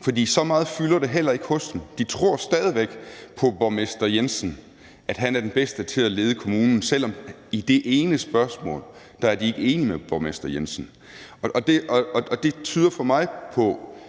for så meget fylder det heller ikke hos dem. De tror stadig væk på borgmester Jensen, altså at han er den bedste til at lede kommunen, selv om de ikke er enige med borgmester Jensen i forhold til